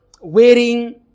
wearing